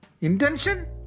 Intention